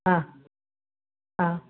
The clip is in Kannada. ಹಾಂ ಹಾಂ